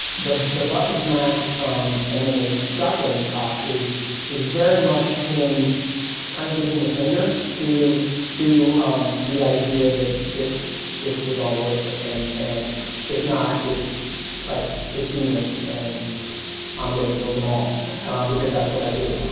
the the button smash um and and the shotgun cock is is very much him kind of giving the finger to to the idea that this this was all worth it and and it's it's not. it's like it's demons. and i'm going to kill them all because that's what i do.